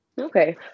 Okay